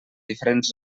diferents